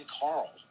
Carl